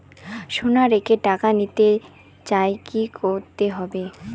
সোনা রেখে টাকা নিতে চাই কি করতে হবে?